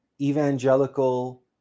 evangelical